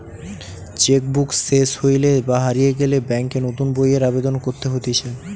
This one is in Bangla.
চেক বুক সেস হইলে বা হারিয়ে গেলে ব্যাংকে নতুন বইয়ের আবেদন করতে হতিছে